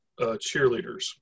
cheerleaders